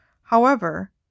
However